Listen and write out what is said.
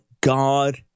God